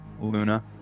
Luna